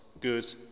good